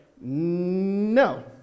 no